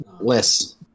less